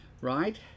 Right